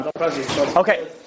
Okay